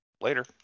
later